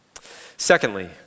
Secondly